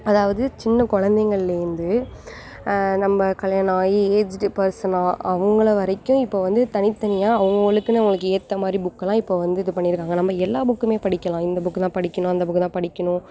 அதாவது சின்ன குழந்தைங்கள்லேந்து நம்ம கல்யாணம் ஆகி ஏஜ்டு பர்சனாக அவங்கள வரைக்கும் இப்போ வந்து தனித்தனியாக அவங்கவுங்களுக்குன்னு அவங்களுக்கு ஏற்ற மாதிரி புக்கு எல்லாம் இப்போ வந்து இது பண்ணி இருக்காங்க நம்ம எல்லா புக்குமே படிக்கலாம் இந்த புக்கு தான் படிக்கணும் அந்த புக்கு தான் படிக்கணும்